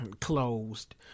closed